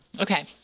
Okay